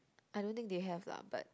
I don't think they have lah but